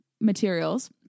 materials